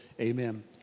amen